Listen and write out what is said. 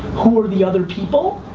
who are the other people?